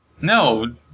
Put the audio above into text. No